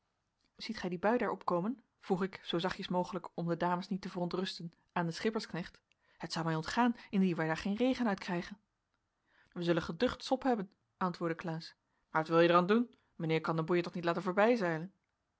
ziet gij die bui daar opkomen vroeg ik zoo zachtjes mogelijk om de dames niet te verontrusten aan den schippersknecht het zou mij ontgaan indien wij daar geen regen uit kregen wij zullen geducht sop hebben antwoordde klaas maar wat wil je der an doen meneer kan den boeier toch niet laten